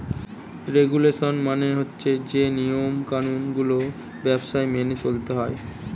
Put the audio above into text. regulation মানে হচ্ছে যে নিয়ম কানুন গুলো ব্যবসায় মেনে চলতে হয়